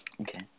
Okay